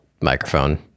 microphone